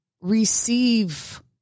receive